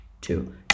Two